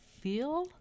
feel